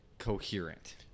Coherent